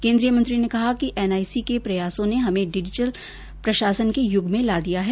केंद्रीय मंत्री ने कहा कि एनआईसी के प्रयासों ने हमें डिजिटल प्रशासन के युग में ला दिया है